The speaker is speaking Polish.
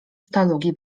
sztalugi